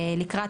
לקראת